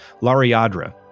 Lariadra